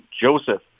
Joseph